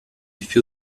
für